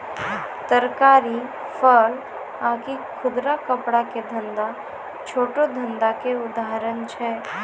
तरकारी, फल आकि खुदरा कपड़ा के धंधा छोटो धंधा के उदाहरण छै